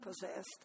possessed